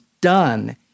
done